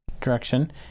direction